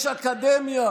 יש אקדמיה